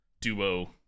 duo